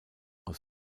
aus